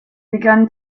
began